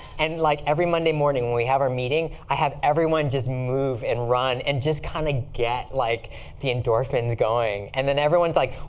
and like every monday morning, when we have our meeting, i have everyone just move and run and just kind of get like the endorphins going. and then everyone's like,